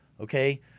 Okay